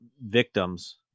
victims